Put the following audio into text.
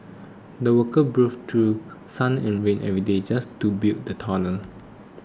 the workers braved through sun and rain every day just to build the tunnel